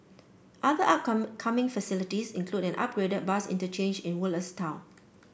other up coming facilities include an upgraded bus interchange in Woodlands town